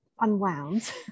unwound